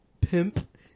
pimp